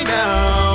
now